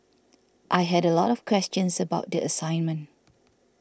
I had a lot of questions about the assignment